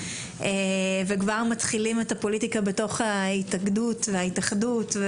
וכבר מתחילים את הפוליטיקה בתוך ההתאגדות וההתאחדות.